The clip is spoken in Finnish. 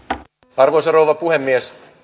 arvoisa rouva puhemies